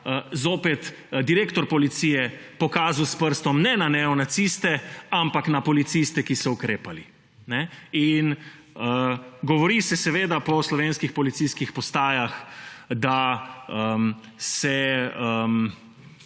zopet direktor policije pokazal s prstom, ne na neonaciste, ampak na policiste, ki so ukrepali. In govori se seveda po slovenskih policijskih postajah, da se